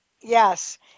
Yes